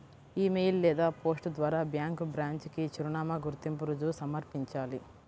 ఇ mail లేదా post ద్వారా bank branch కి చిరునామా, గుర్తింపు రుజువు సమర్పించాలి